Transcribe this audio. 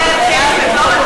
אומרת קסניה סבטלובה,